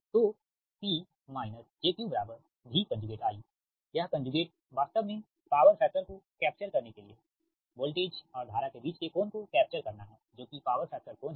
तो P - jQ V I यह conjugate वास्तव में पावर फैक्टर को कैप्चर करने के लिए है वोल्टेज और धारा के बीच के कोण को कैप्चर करना है जो कि पावर फैक्टर कोण है